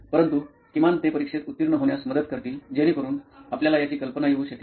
परंतु किमान ते परीक्षेत उत्तीर्ण होण्यास मदत करतील जेणेकरून आपल्याला याची कल्पना येऊ शकेल